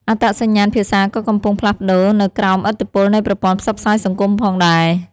អត្តសញ្ញាណភាសាក៏កំពុងផ្លាស់ប្តូរនៅក្រោមឥទ្ធិពលនៃប្រព័ន្ធផ្សព្វផ្សាយសង្គមផងដែរ។